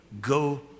go